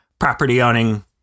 property-owning